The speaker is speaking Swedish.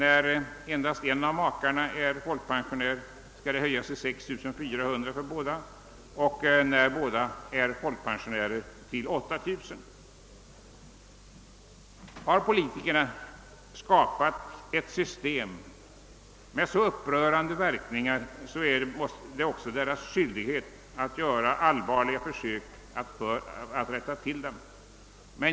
Är endast en av makarna folkpensionär skall ortsavdraget höjas till 6 400 kronor för båda och när båda är folkpensionärer till 8 000 kronor. Har politikerna skapat ett system med så upprörande verkningar är det också deras skyldighet att göra allvarliga försök att rätta till det.